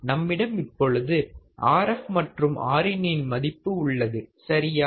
நம்மிடம் இப்பொழுது Rf மற்றும் Rin இன் மதிப்பு உள்ளது சரியா